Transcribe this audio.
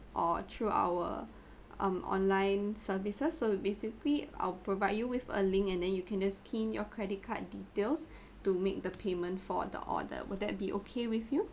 or through our um online services so we basically I'll provide you with a link and then you can just key in your credit card details to make the payment for the order will that be okay with you